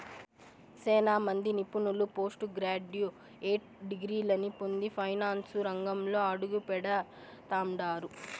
సేనా మంది నిపుణులు పోస్టు గ్రాడ్యుయేట్ డిగ్రీలని పొంది ఫైనాన్సు రంగంలో అడుగుపెడతండారు